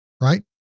right